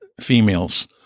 females